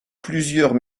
plusieurs